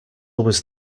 was